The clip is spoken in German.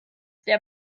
der